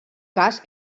cas